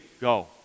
Go